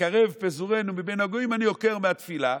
"וקרב פזורינו מבין הגויים" אני עוקר מהתפילה.